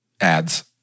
ads